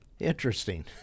Interesting